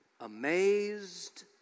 amazed